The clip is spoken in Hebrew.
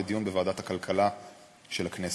לדיון בוועדת הכלכלה של הכנסת.